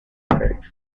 water